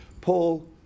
Paul